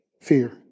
fear